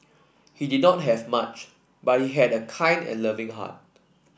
he did not have much but he had a kind and loving heart